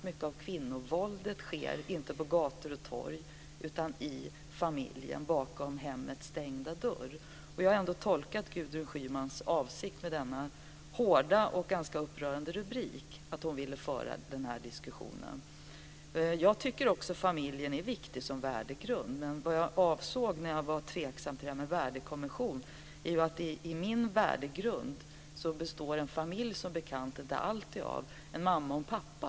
Mycket av kvinnovåldet sker inte på gator och torg utan i familjen bakom hemmets stängda dörr. Jag har tolkat Gudrun Schymans avsikt med denna ganska hårda och upprörande rubrik som att hon ville föra den diskussionen. Också jag tycker att familjen är viktig som värdegrund. Vad jag avsåg när jag sade att jag var tveksam till en värdekommission är att i min värdegrund består en familj som bekant inte alltid av en mamma och en pappa.